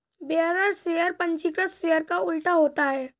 bearer share पंजीकृत share का उल्टा होता है